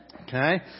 okay